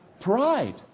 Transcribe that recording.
Pride